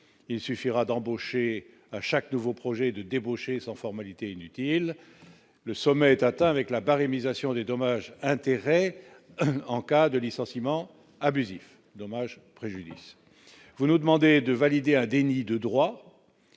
il suffira d'embaucher à chaque nouveau projet de débouchés, sans formalités inutiles, le sommet est atteint avec la barémisation des dommages intérêts en cas de licenciement abusif dommage préjudice vous nous demandez de valider un déni de droit,